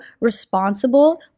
responsible